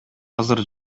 азыр